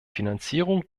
finanzierung